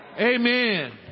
Amen